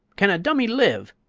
can a dummy live?